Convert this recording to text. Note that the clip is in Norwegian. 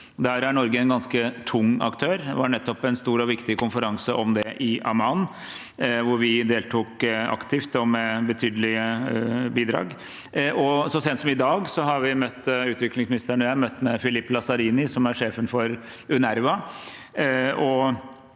Norge en ganske tung aktør. Det var nettopp en stor og viktig konferanse om det i Amman, hvor vi deltok aktivt og med betydelige bidrag, og så sent som i dag har utviklingsministeren og jeg møtt Philippe Lazzarini, som er sjefen for UNRWA.